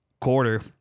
quarter